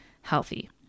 healthy